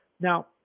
Now